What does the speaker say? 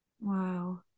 wow